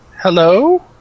hello